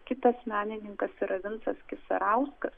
kitas menininkas yra vincas kisarauskas